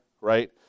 right